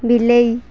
ବିଲେଇ